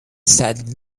said